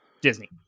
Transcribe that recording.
Disney